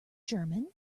german